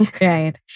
Right